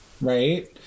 Right